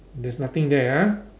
there's nothing there ah